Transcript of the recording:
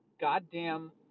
goddamn